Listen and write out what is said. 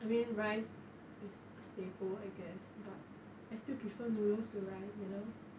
I mean rice is a staple I guess but I still prefer noodle to rice you know